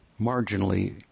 marginally